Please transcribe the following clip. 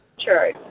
true